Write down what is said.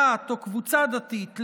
דת או קבוצה דתית,